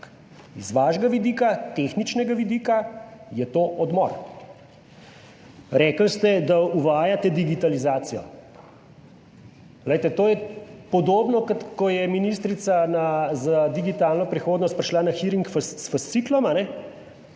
iz vašega vidika, tehničnega vidika je to odmor. Rekli ste, da uvajate digitalizacijo. Glejte, to je podobno, kot ko je ministrica za digitalno prihodnost prišla na hearing s fasciklom.